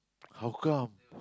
how come